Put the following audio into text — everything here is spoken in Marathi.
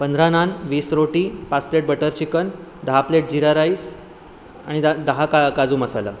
पंधरा नान वीस रोटी पाच प्लेट बटर चिकन दहा प्लेट जिरा राईस आणि दा दहा का काजू मसाला